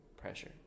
pressure